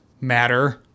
matter